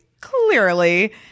clearly